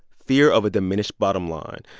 fear of a diminished bottom line.